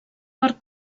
per